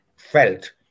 Felt